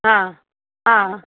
हा हा